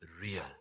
real